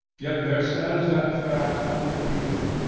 yet there stands that fact unrepeated,